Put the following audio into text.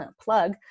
plug